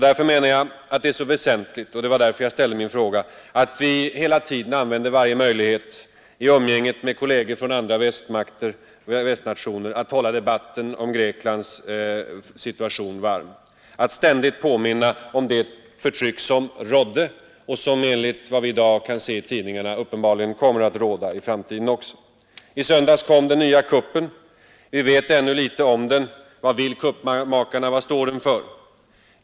Därför menar jag — och det var av den anledningen jag ställde min fråga — att det är så väsentligt att vi hela tiden använder varje möjlighet i umgänget med kolleger från andra västnationer att hålla debatten om Greklands situation varm, att ständigt påminna om det förtryck som råder och som enligt vad vi i dag kan konstatera uppenbarligen kommer att råda i framtiden också. I söndags kom den nya kuppen. Vi vet ännu litet om den. Vad vill kuppmakarna? Vad står de för?